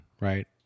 right